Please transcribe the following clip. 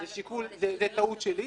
טעות שלי,